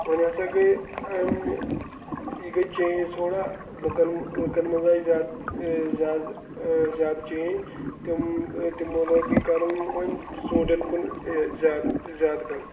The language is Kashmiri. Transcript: وۄنۍ ہسا گٔے اَمہِ یہِ گٔے چینٛج تھوڑا لُکن لُکن منٛز آیہِ زیادٕ زیادٕ زیادٕ چینٛج تِم تِمو لوگ یہِ کرُن وۄنۍ ژوٗنٹٮ۪ن کُن زیادٕ زیادٕ کرُن